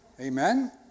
Amen